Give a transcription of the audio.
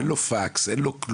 אין לו פקס, אין לו כלום.